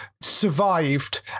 survived